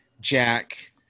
jack